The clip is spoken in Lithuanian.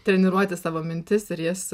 treniruoti savo mintis ir jas